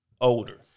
older